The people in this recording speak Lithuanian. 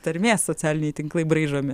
tarmės socialiniai tinklai braižomi